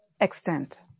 extent